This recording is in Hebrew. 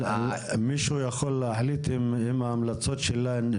מישהו יכול להחליט האם ההמלצות שלה הן